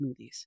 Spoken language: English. smoothies